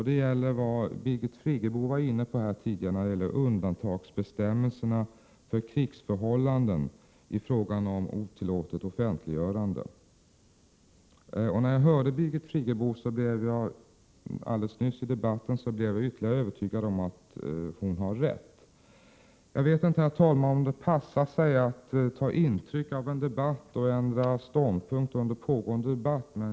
Det gäller det som Birgit Friggebo var inne på här tidigare beträffande undantagsbestämmelserna för krigsförhållanden i fråga om otillåtet offentliggörande. När jag hörde Birgit Friggebo alldeles nyss i debatten blev jag än mer övertygad om att hon har rätt. Jag vet inte, herr talman, om det passar sig att ta intryck av och ändra ståndpunkt under en pågående debatt.